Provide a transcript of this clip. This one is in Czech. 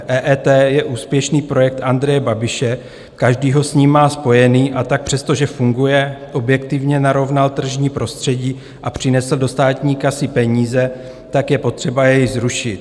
EET je úspěšný projekt Andreje Babiše, každý ho s ním má spojený, a tak přestože funguje, objektivně narovnal tržní prostředí a přinesl do státní kasy peníze, tak je potřeba jej zrušit.